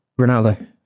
Ronaldo